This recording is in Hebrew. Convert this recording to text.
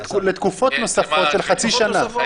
לתקופות נוספות של חצי שנה.